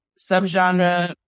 subgenre